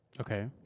Okay